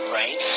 right